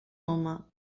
home